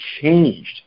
changed